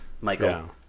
Michael